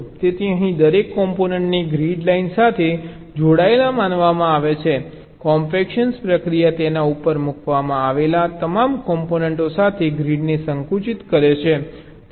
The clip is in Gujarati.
તેથી અહીં દરેક કોમ્પોનન્ટને ગ્રીડ લાઇન સાથે જોડાયેલ માનવામાં આવે છે કોમ્પેક્શન પ્રક્રિયા તેના ઉપર મૂકવામાં આવેલા તમામ કોમ્પોનન્ટો સાથે ગ્રીડને સંકુચિત કરે છે